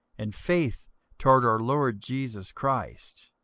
and faith toward our lord jesus christ.